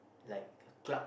like club